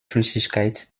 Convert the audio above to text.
flüssigkeit